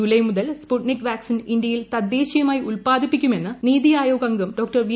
July മുതൽ Sputnik vaccine ഇന്ത്യയിൽ തുദ്ദേശീയമായി ഉല്പാദിപ്പിക്കുമെന്ന് നിതി ആയോഗ് അംഗം സ്ക്ക് റ്പി